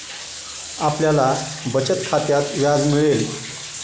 आपल्याला बचत खात्यात व्याज मिळेल